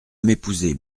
m’épouser